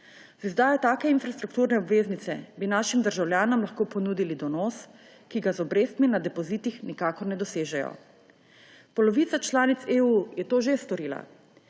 Z izdajo take infrastrukturne obveznice bi našim državljanom lahko ponudili donos, ki ga z obrestmi na depozitih nikakor ne dosežejo. Polovica članic EU je to že storila.